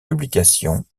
publications